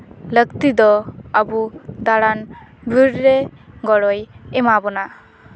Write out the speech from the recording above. ᱞᱟᱹᱠᱛᱤ ᱫᱚ ᱟᱵᱚ ᱫᱟᱬᱟᱱ ᱵᱷᱳᱨ ᱨᱮ ᱜᱚᱲᱚᱭ ᱮᱢᱟ ᱵᱚᱱᱟ